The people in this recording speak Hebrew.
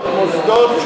מוסדות,